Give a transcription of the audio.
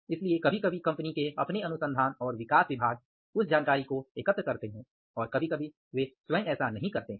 इसलिए कभी कभी कंपनी के अपने अनुसंधान और विकास विभाग उस जानकारी को एकत्र करते हैं और कभी कभी वे स्वयं ऐसा नहीं करते हैं